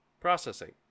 processing